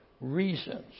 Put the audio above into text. reasons